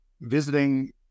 visiting